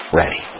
ready